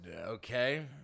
Okay